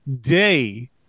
day